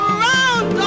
round